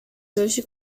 solche